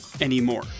anymore